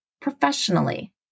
professionally